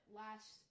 last